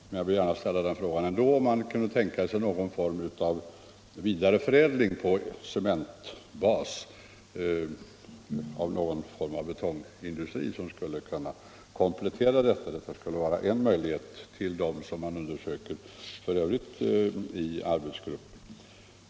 Men jag vill gärna ställa frågan ändå om man kunde tänka sig någon form av vidareförädling på cementbas; någon form av betongindustri som skulle kunna komplettera nuvarande industri. Det skulle vara en möjlighet utöver dem man f. ö. undersöker i arbetsgruppen.